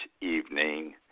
evening